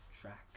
track